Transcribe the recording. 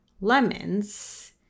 lemons